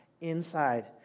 inside